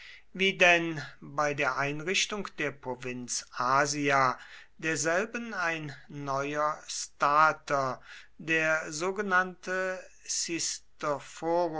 wie denn bei der einrichtung der provinz asia derselben ein neuer stater der sogenannte